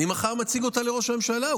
אני מחר מציג אותה לראש הממשלה,